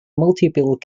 multiple